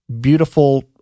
beautiful